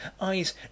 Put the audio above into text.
eyes